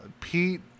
Pete